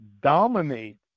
dominate